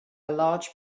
large